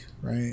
right